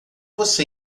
você